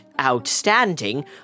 outstanding